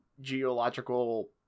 geological